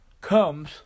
comes